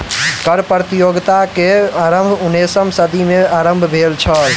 कर प्रतियोगिता के आरम्भ उन्नैसम सदी में आरम्भ भेल छल